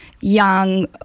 young